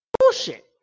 Bullshit